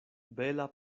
bela